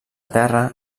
terra